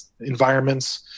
environments